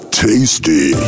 tasty